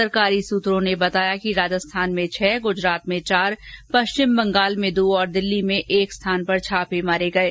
सरकारी सूत्रों ने बताया कि राजस्थान में छह गुजरात में चार पश्चिम बंगाल में दो और दिल्ली में एक स्थान पर छापे मारे गये